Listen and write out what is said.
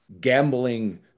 gambling